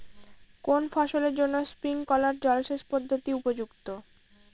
কোন ফসলের জন্য স্প্রিংকলার জলসেচ পদ্ধতি উপযুক্ত?